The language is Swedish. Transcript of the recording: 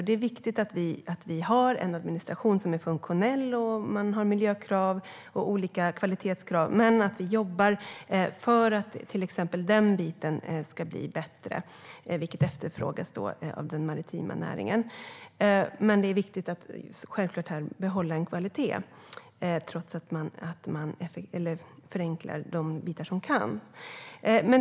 Det är viktigt att vi har en administration som är funktionell och har miljö och kvalitetskrav men att vi jobbar för att den här biten ska bli bättre, vilket efterfrågas av den maritima näringen. Det är dock viktigt att behålla kvaliteten trots att man förenklar de bitar som kan förenklas.